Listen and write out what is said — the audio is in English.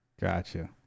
Gotcha